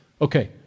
Okay